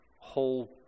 whole